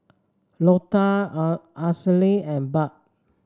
Lota Ashleigh and Bud